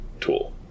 tool